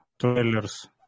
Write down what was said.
trailers